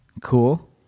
Cool